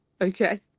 Okay